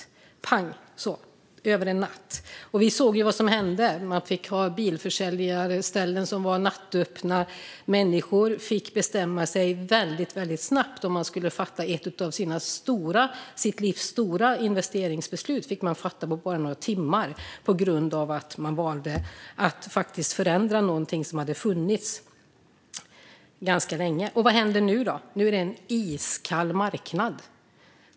Det skedde över en natt - pang! Vi såg vad som hände. Bilförsäljarna fick ha nattöppet, och människor fick bestämma sig väldigt snabbt. När de skulle fatta ett av sitt livs stora investeringsbeslut fick de göra det på bara några timmar på grund av att regeringen valde att förändra någonting som hade funnits ganska länge. Och vad händer nu? Nu är det en iskall marknad.